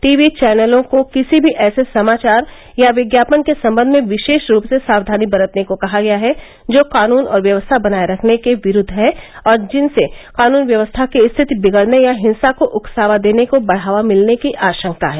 TV चैनलों को किसी भी ऐसे समाचार या विज्ञापन के संबंध में विशेष रूप से साक्षानी बरतने को कहा गया है जो कानून और व्यवस्था बनाए रखने के विरूद्व है और जिनसे कानून व्यवस्था की स्थिति बिगड़ने या हिंसा को उकसावा देने को बढ़ावा मिलने की आशंका है